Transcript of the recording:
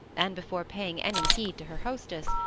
and, before paying any heed to her hostess,